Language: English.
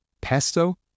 Pesto